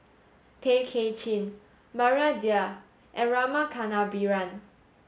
Tay Kay Chin Maria Dyer and Rama Kannabiran